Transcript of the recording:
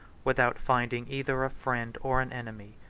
without finding either a friend or an enemy.